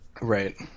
Right